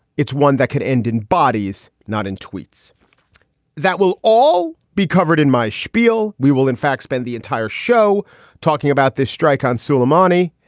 it's one that could end in bodies, not in tweets that will all be covered in my spiel. we will in fact spend the entire show talking about this strike on sulaimani.